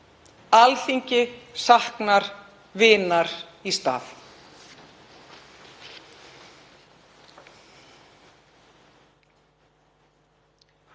Alþingi saknar vinar í stað.